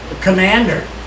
commander